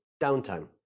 downtime